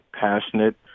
passionate